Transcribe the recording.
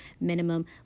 minimum